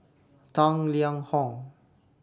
Tang Liang Hong